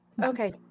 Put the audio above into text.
Okay